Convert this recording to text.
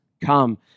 come